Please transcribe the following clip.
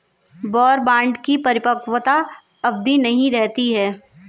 war bond की परिपक्वता अवधि नहीं रहती है